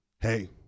Hey